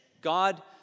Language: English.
God